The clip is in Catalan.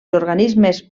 organismes